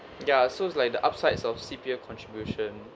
ya so it's like the upsides of C_P_F contribution